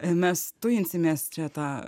mes tujinsimės čia tą